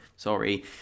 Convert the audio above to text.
Sorry